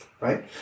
right